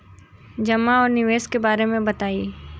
जमा और निवेश के बारे मे बतायी?